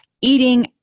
eating